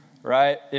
right